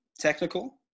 technical